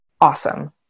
Awesome